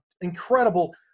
incredible